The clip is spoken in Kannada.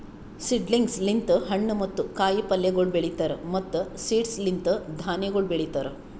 ಸೀಡ್ಲಿಂಗ್ಸ್ ಲಿಂತ್ ಹಣ್ಣು ಮತ್ತ ಕಾಯಿ ಪಲ್ಯಗೊಳ್ ಬೆಳೀತಾರ್ ಮತ್ತ್ ಸೀಡ್ಸ್ ಲಿಂತ್ ಧಾನ್ಯಗೊಳ್ ಬೆಳಿತಾರ್